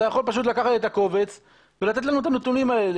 אתה יכול פשוט לקחת את הקובץ ולתת לנו את הנתונים האלה,